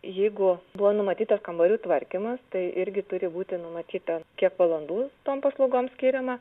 jeigu buvo numatytas kambarių tvarkymas tai irgi turi būti numatyta kiek valandų tom paslaugom skiriama